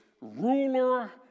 ruler